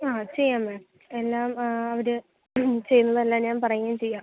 ആ ചെയ്യാം മാം എല്ലാം അവർ ചെയ്യുന്നതെല്ലാം ഞാൻ പറയുകയും ചെയ്യാം